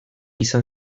izan